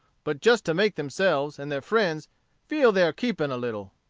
but just to make themselves and their friends feel their keeping a little.